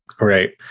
Right